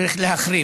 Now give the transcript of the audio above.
צריך להחרים,